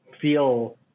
feel